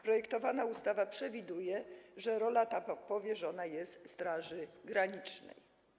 Projektowana ustawa przewiduje, że rola ta powierzona zostanie Straży Granicznej.